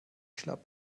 schlapp